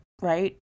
right